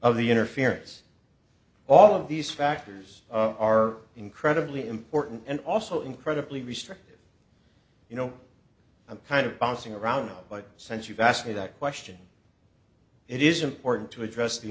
of the interference all of these factors are incredibly important and also incredibly restrictive you know i'm kind of bouncing around but since you've asked me that question it is important to address the